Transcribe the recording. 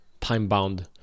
time-bound